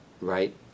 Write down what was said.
right